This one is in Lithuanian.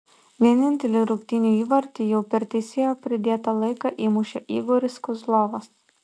vienintelį rungtynių įvartį jau per teisėjo pridėtą laiką įmušė igoris kozlovas